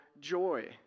joy